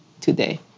today